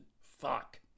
fuck